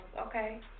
Okay